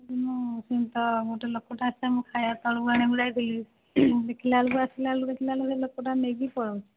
ମୁଁ ସେ ତ ଗୋଟେ ଲୋକଟା ମୁଁ ଖାଇବା ତଳକୁ ଆଣିବାକୁ ଯାଇଥିଲି ଦେଖିଲାବେଳକୁ ଆସିଲାବେଳକୁ ଦେଖିଲାବେଳକୁ ସେ ଲୋକଟା ନେଇକି ପଳାଉଛି